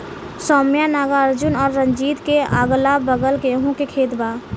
सौम्या नागार्जुन और रंजीत के अगलाबगल गेंहू के खेत बा